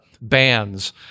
bands